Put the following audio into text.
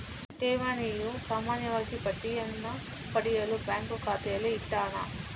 ಠೇವಣಿಯು ಸಾಮಾನ್ಯವಾಗಿ ಬಡ್ಡಿಯನ್ನ ಪಡೆಯಲು ಬ್ಯಾಂಕು ಖಾತೆಯಲ್ಲಿ ಇಟ್ಟ ಹಣ